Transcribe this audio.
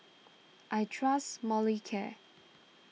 I trust Molicare